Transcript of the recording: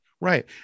Right